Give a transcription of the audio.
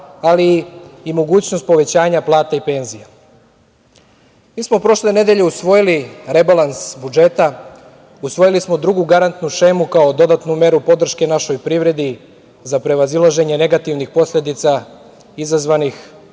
ali i mogućnost povećanja plata i penzija. Mi smo prošle nedelje usvojili rebalans budžeta, usvojili smo drugu garantnu šemu kao dodatnu meru podrške našoj privredi za prevazilaženje negativnih posledica izazvanih